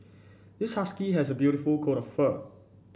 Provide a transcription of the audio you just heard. this husky has a beautiful coat of fur